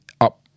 up